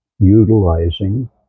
utilizing